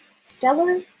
Stellar